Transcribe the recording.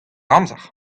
amzer